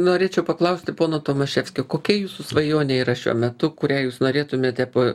norėčiau paklausti pono tomaševskio kokia jūsų svajonė yra šiuo metu kurią jūs norėtumėte po